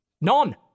None